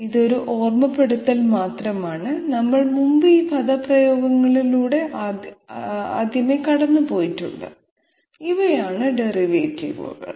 ഇത് ഒരു ഓർമ്മപ്പെടുത്തൽ മാത്രമാണ് നമ്മൾ മുമ്പ് ഈ പദപ്രയോഗങ്ങളിലൂടെ കടന്നുപോയിട്ടുണ്ട് ഇവയാണ് ഡെറിവേറ്റീവുകൾ